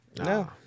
No